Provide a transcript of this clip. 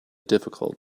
difficult